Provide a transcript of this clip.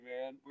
man